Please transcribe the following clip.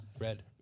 Red